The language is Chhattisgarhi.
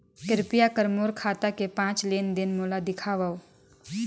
कृपया कर मोर खाता के पांच लेन देन मोला दिखावव